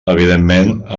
evidentment